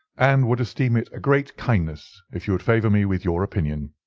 and would esteem it a great kindness if you would favour me with your opinion.